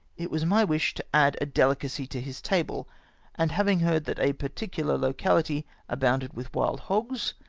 it was my wish to add a dehcacy to his table and having heard that a particular locality abounded with wild hogs,